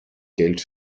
geld